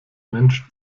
mensch